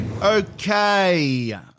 Okay